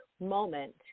moment